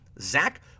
Zach